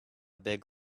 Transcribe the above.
big